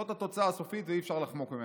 זאת התוצאה הסופית, ואי-אפשר לחמוק ממנה.